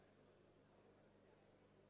Дякую.